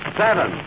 seven